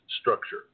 structure